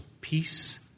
peace